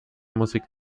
musik